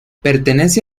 pertenece